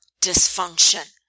dysfunction